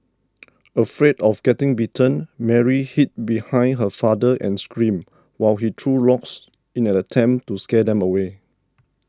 afraid of getting bitten Mary hid behind her father and screamed while he threw rocks in an attempt to scare them away